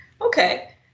okay